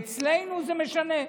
אצלנו זה משנה.